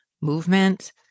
movement